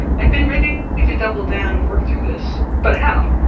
i've been ready to double down and work through this but how?